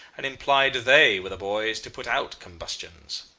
and implied they were the boys to put out combustions.